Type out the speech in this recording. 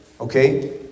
Okay